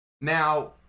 Now